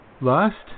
lust